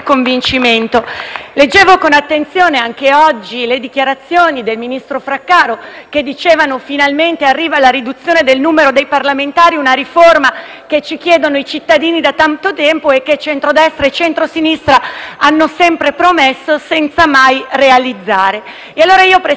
Leggevo con attenzione anche oggi le dichiarazioni del ministro Fraccaro, che affermava che finalmente arriva la riduzione del numero dei parlamentari; una riforma che ci chiedono i cittadini da tanto tempo e che centrodestra e centrosinistra hanno sempre promesso senza mai realizzare.